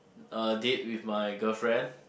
a date with my girlfriend